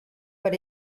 per